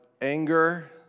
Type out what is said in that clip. anger